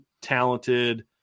talented